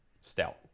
stout